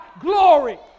glory